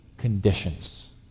Conditions